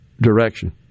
direction